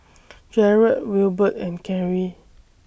Jarod Wilbert and Kerri